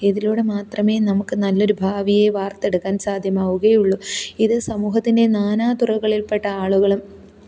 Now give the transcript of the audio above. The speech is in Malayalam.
ഇതിലൂടെ മാത്രമേ നമുക്ക് നല്ലൊരു ഭാവിയെ വാര്ത്തെടുക്കാന് സാധ്യമാവുകയുള്ളൂ ഇത് സമൂഹത്തിന്റെ നാനാ തുറവുകളില്പ്പെട്ട ആളുകളും